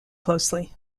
closely